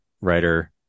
writer